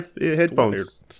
headphones